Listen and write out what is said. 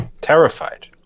terrified